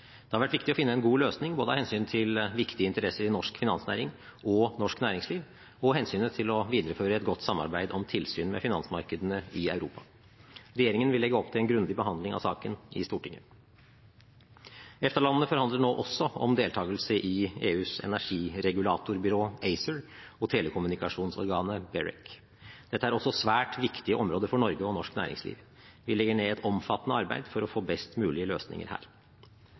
Det har vært viktig å finne en god løsning, av hensyn til viktige interesser i norsk finansnæring og norsk næringsliv og av hensyn til å videreføre et godt samarbeid om tilsyn med finansmarkedene i Europa. Regjeringen vil legge opp til en grundig behandling av saken i Stortinget. EFTA-landene forhandler nå også om deltakelse i EUs energiregulatorbyrå ACER og telekommunikasjonsorganet BEREC. Dette er også svært viktige områder for Norge og norsk næringsliv. Vi legger ned et omfattende arbeid for å få best mulige løsninger her.